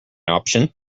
option